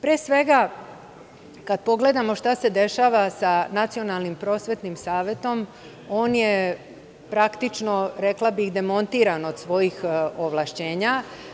Pre svega, kada pogledamo šta se dešava sa Nacionalnim prosvetnim savetom, on je praktično rekla bih demontiran od svojih ovlašćenjaa.